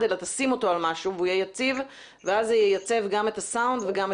ואנחנו עומדים על זה שזה תיקון פרט רישום אזרחות ולא שלילת אזרחות,